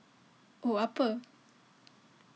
wha~ apa